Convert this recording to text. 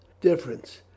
difference